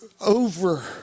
over